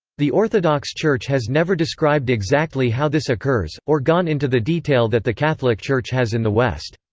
the orthodox church has never described exactly how this occurs, or gone into the detail that the catholic church has in the west.